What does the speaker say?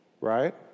right